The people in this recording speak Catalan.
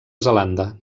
zelanda